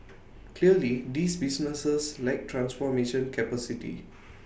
clearly these businesses lack transformation capacity